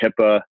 HIPAA